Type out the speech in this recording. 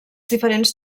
diferents